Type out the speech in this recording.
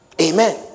Amen